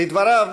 לדבריו,